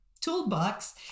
toolbox